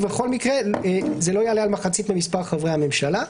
ובכל מקרה זה לא יעלה על מחצית ממספר חברי הממשלה.